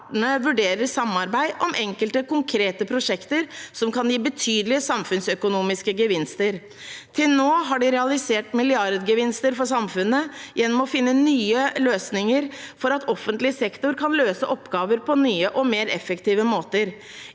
vurderer samarbeid om enkelte konkrete prosjekter som kan gi betydelige samfunnsøkonomiske gevinster. Til nå har de realisert milliardgevinster for samfunnet gjennom å finne nye løsninger for at offentlig sektor kan løse oppgaver på nye og mer effektive måter.